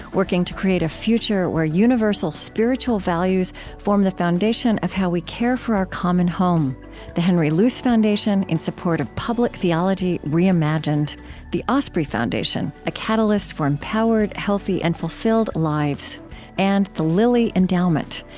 working to create a future where universal spiritual values form the foundation of how we care for our common home the henry luce foundation, in support of public theology reimagined the osprey foundation, a catalyst for empowered, healthy, and fulfilled lives and the lilly endowment,